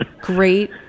great